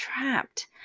trapped